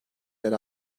yer